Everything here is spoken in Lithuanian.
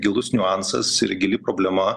gilus niuansas ir gili problema